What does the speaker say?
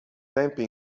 tempi